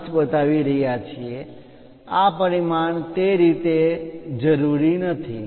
5 બતાવી રહ્યા છીએ આ પરિમાણ તે રીતે જરૂરી નથી